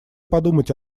подумать